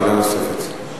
שאלה נוספת.